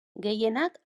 gehienak